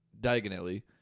Diagonally